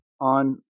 on